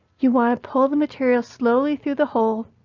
you want to pull the material slowly through the hole,